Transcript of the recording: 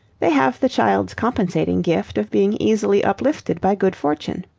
they have the child's compensating gift of being easily uplifted by good fortune.